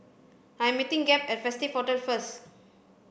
I am meeting Gabe at Festive Hotel first